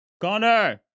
Connor